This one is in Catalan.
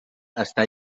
està